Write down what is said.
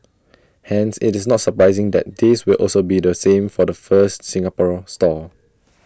hence IT is not surprising that this will also be the same for the first Singaporean store